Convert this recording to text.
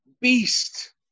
beast